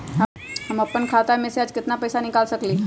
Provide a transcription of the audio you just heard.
हम अपन खाता में से आज केतना पैसा निकाल सकलि ह?